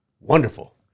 Wonderful